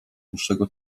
dłuższego